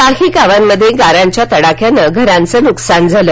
काही गावांमध्ये गारांच्या तडाख्यानं घरांचं नुकसान झालं